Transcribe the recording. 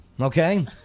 okay